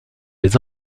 les